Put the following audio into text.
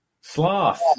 Sloth